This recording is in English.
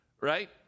right